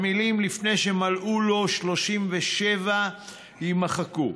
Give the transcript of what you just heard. המילים "לפני שמלאו לו 37 שנים" יימחקו.